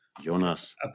Jonas